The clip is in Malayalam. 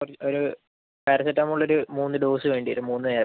കുറച്ച് ഒരു പാരസെറ്റാമോൾ ഒരു മൂന്ന് ഡോസ് വേണ്ടിവരും മൂന്ന്